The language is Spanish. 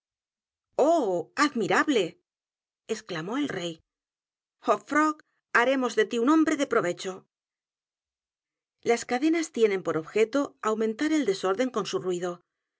admirable exclamó el rey hop frog haremos de ti un hombre de provecho las cadenas tienen por objeto aumentar el desorden con su ruido